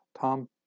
Tom